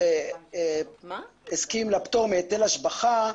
כשהסכים לפטור מהיטל השבחה,